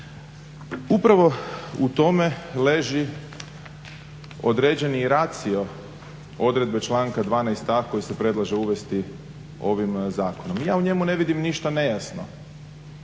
Upravo u tome leži određeni i racio odredbe članka 12a. koji se predlaže uvesti ovim zakonom. I ja u njemu ne vidim ništa nejasno.